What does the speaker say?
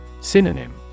Synonym